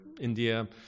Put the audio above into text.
India